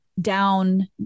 down